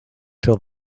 till